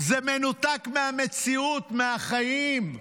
זה מנותק מהמציאות, מהחיים.